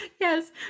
Yes